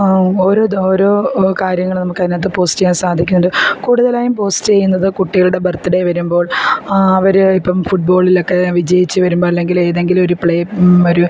ഓരോ ദെ ഓരോ കാര്യങ്ങളും നമുക്ക് അതിനകത്ത് പോസ്റ്റ് ചെയ്യാൻ സാധിക്കുന്നുണ്ട് കൂടുതലായും പോസ് ചെയ്യുന്നത് കുട്ടികളുടെ ബർത്ത് ഡേ വരുമ്പോൾ അവർ ഇപ്പം ഫുട്ബോളിലൊക്കെ വിജയിച്ചു വരുമ്പം അല്ലെങ്കിൽ ഏതെങ്കിലും ഒരു പ്ളേ ഒരു